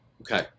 Okay